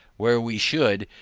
where we should,